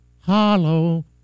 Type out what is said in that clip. Hollow